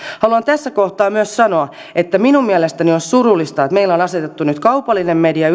haluan tässä kohtaa myös sanoa että minun mielestäni on surullista että meillä on asetettu nyt kaupallinen media